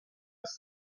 است